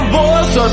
voice